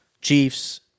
Chiefs